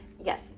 yes